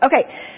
Okay